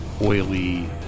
oily